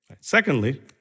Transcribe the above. Secondly